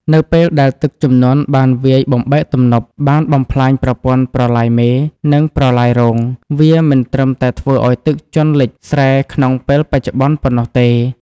នៅពេលដែលទឹកជំនន់បានវាយបំបែកទំនប់ បានបំផ្លាញប្រព័ន្ធប្រឡាយមេ និងប្រឡាយរង វាមិនត្រឹមតែធ្វើឱ្យទឹកជន់លិចស្រែក្នុងពេលបច្ចុប្បន្នប៉ុណ្ណោះទេ។